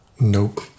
Nope